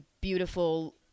beautiful